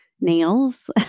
nails